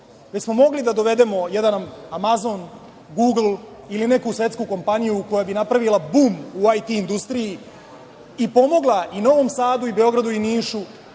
već smo mogli da dovedemo jedan „Amazon“, „Gugl“ ili neku svetsku kompaniju koja bi napravila bum u IT industriji i pomogla i Novom Sadu i Beogradu i Nišu